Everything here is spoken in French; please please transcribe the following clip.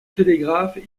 télégraphe